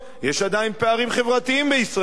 יש עדיין פערים חברתיים בישראל,